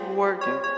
working